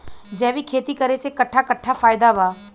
जैविक खेती करे से कट्ठा कट्ठा फायदा बा?